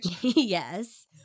Yes